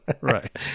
right